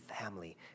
family